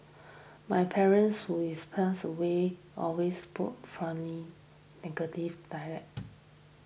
my parents who is passed away always spoken fondly dialect